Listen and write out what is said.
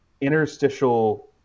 interstitial